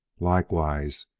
likewise,